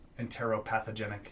enteropathogenic